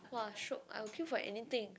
!wah! shiok I'll queue for anything